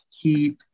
heat